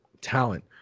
talent